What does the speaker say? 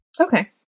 Okay